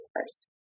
first